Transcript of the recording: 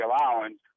allowance